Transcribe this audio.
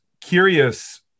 curious